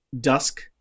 Dusk